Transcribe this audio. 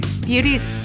Beauties